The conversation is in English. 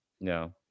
no